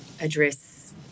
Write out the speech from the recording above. address